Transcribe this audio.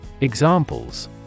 Examples